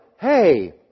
hey